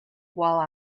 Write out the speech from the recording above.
while